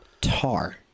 tar